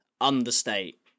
understate